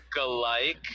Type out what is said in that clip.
alike